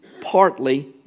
partly